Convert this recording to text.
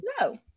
No